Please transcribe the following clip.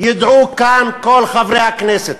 ידעו כאן כל חברי הכנסת,